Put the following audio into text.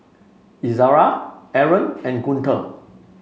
Izzara Aaron and Guntur